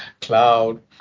Cloud